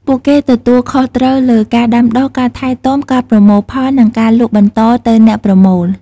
ពួកគេទទួលខុសត្រូវលើ ការដាំដុះ ការថែទាំ ការប្រមូលផល និងការលក់បន្តទៅអ្នកប្រមូល។